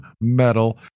metal